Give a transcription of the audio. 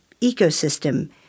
ecosystem